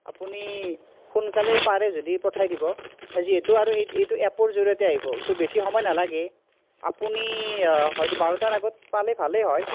আপুনি সোনকালে পাৰে যদি পঠাই দিব যিহেতু আৰু এই এইটো এপৰ জৰিয়তে আহিব তো বেছি সময় নালাগে আপুনি হয়তো বাৰটাৰ আগত পালে ভালে হয়